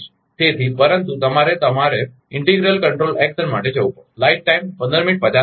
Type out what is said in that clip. તેથી પરંતુ તમારે તમારે ઇન્ટિગ્રલ કંટ્રોલ એક્શન માટે જવું પડશે